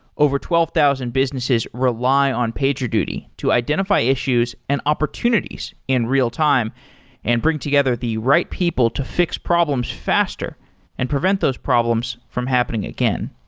over twelve thousand businesses rely on pagerduty to identify issues and opportunities in real time and bring together the right people to fix problems faster and prevent those problems from happening again.